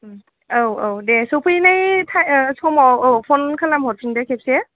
ओम औ औ दे सफैनाय समाव औ फन खालाम हरफिन दे खेबसे